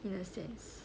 in a sense